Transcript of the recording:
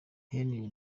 henry